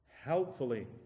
helpfully